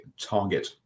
target